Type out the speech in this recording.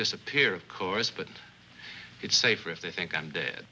disappear of course but it's safer if they think i'm dead